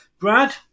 Brad